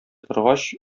торгач